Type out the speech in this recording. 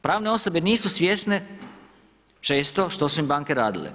Pravne osobe nisu svjesne, često što su im banke radile.